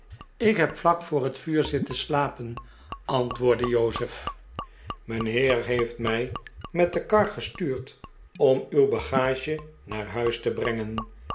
ik heb vlak voor het vuur zitten slapen antwoordde jozef mijnheer heeft mij met de kar gestuurd om uw bagage naar huis te brehgen